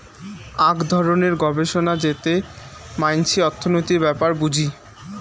আক ধরণের গবেষণা যেতে মানসি অর্থনীতির ব্যাপার বুঝি